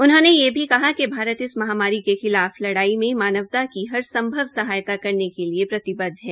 उन्होंने यह भी कि भारत इस महामारी के खिलाफ लड़ाई में मानवता की हर संभव सहायता करने के लिए प्रतिबदव है